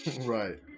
right